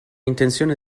intenzione